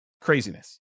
Craziness